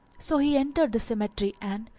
so he entered the cemetery and,